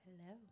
Hello